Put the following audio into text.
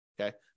okay